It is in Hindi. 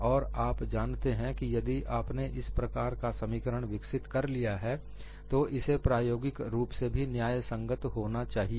और आप जानते हैं कि यदि आपने इस प्रकार का समीकरण विकसित कर लिया है तो इसे प्रायोगिक रूप से भी न्याय संगत होना चाहिए